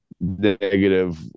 negative